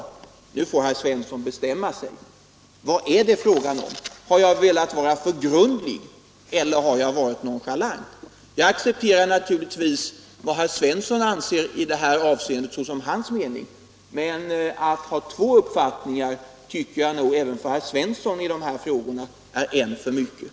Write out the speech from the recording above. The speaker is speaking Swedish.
Men nu får herr Svensson bestämma sig. Vad är det fråga om? Har jag velat vara för grundlig eller har jag varit för nonchalant? Jag accepterar naturligtvis såsom herr Svenssons mening vad han anser i det här avseendet, men att ha två så helt olika uppfattningar samtidigt tycker jag nog är en för mycket — även för herr Svensson i Eskilstuna.